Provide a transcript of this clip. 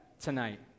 tonight